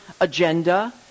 agenda